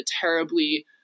terribly